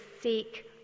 seek